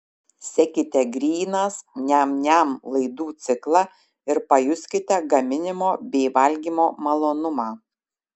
sekite grynas niam niam laidų ciklą ir pajuskite gaminimo bei valgymo malonumą